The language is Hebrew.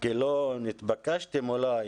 כי לא נתבקשתם אולי,